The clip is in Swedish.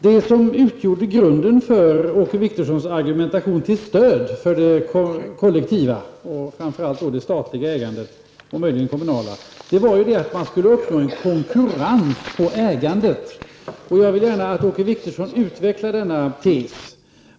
Det som utgjorde grunden för Åke Wictorssons argumentation, till stöd för det kollektiva och framför allt det statliga ägandet och möjligen det kommunala, var ju att man skulle uppnå en konkurrens i fråga om ägandet. Jag vill gärna att Åke Wictorsson utvecklar denna tes.